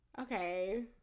Okay